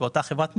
באותה חברת מו"פ,